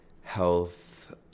health